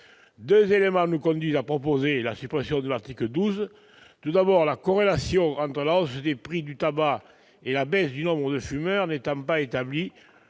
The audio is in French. Deux éléments nous conduisent à proposer la suppression de l'article 12. Tout d'abord, comme la corrélation entre la hausse des prix du tabac et la baisse du nombre de fumeurs n'est pas établie,